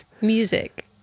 Music